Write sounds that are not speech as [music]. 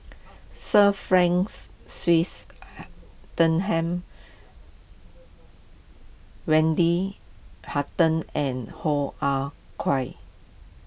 Sir Franks [unintelligible] Wendy Hutton and Hoo Ah Kay